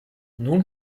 nun